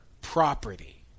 property